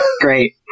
Great